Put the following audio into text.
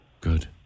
Good